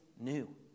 new